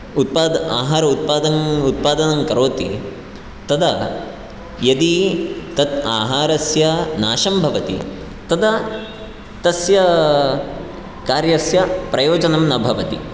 उत्पाद् आहारम् उत्पादम् उत्पादनं करोति तदा यदि तत् आहारस्य नाशं भवति तदा तस्य कार्यस्य प्रयोजनं न भवति